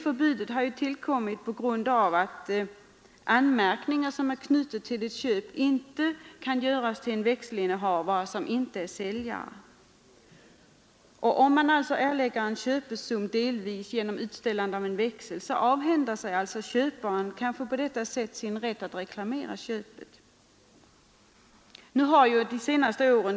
Förbudet har tillkommit på grund av att anmärkningar knutna till ett köp inte kan göras till växelinnehavare som inte är säljare. Vid erläggande av köpesumma genom utställande av växel avhänder sig köparen kanske på detta sätt sin rätt att reklamera köpet.